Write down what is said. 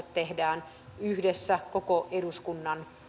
tehdään yhdessä koko eduskunnan